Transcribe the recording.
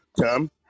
Tom